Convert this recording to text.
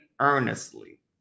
earnestly